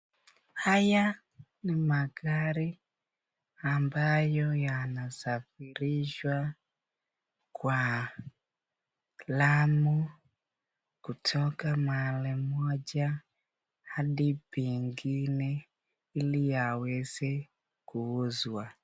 Haya ni magari ambayo yanasafirishwa kwa lamu kutoka mahali moja hadi pengine ili yaweze kuuzwa.